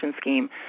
scheme